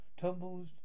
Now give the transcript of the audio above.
tumbles